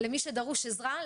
למי שדרושה לו עזרה,